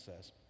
says